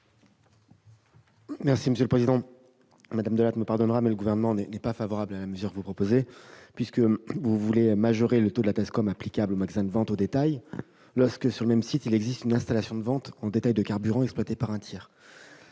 ? Vous me pardonnerez, madame Delattre, mais le Gouvernement n'est pas favorable à mesure que vous proposez. Vous voulez majorer le taux de la TASCOM applicable aux magasins de vente au détail lorsque, sur le même site, il existe une installation de vente au détail de carburant exploité par un tiers.